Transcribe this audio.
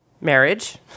marriage